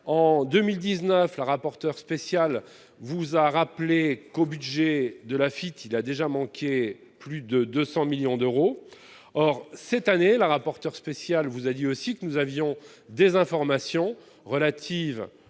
en 2019, le rapporteur spécial, vous a rappelé qu'au budget de la fille, il a déjà manqué plus de 200 millions d'euros, or cette année, la rapporteur spécial, vous a dit aussi que nous avions des informations relatives